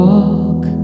walk